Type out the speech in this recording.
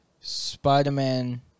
Spider-Man